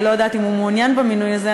אני לא יודעת אם הוא מעוניין במינוי הזה,